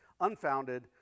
unfounded